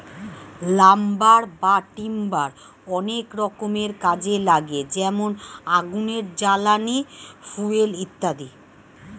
lumber বা timber অনেক রকমের কাজে লাগে যেমন আগুনের জ্বালানি, ফুয়েল ইত্যাদি